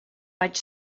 vaig